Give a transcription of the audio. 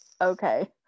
okay